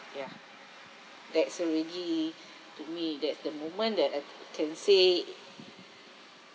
ya that's already to me that's the moment that I can say